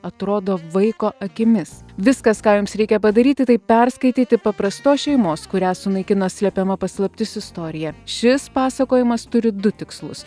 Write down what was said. atrodo vaiko akimis viskas ką jums reikia padaryti tai perskaityti paprastos šeimos kurią sunaikino slepiama paslaptis istoriją šis pasakojimas turi du tikslus